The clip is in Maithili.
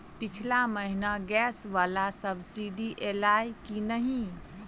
पिछला महीना गैस वला सब्सिडी ऐलई की नहि?